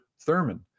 Thurman